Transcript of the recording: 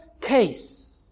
case